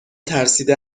ترسیده